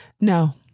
No